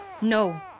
no